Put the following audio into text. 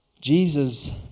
Jesus